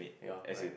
ya right